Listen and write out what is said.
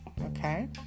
Okay